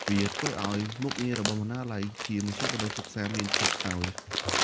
វាធ្វើឱ្យមុខងាររបស់បណ្ណាល័យជាមជ្ឈមណ្ឌលសិក្សាមានភាពខ្សោយ។